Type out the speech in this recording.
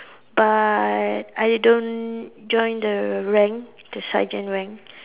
but I don't join the rank the sergeant rank